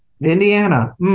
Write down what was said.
Indiana –